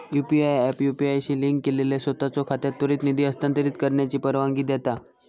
UPI app UPI शी link केलेल्या सोताचो खात्यात त्वरित निधी हस्तांतरित करण्याची परवानगी देता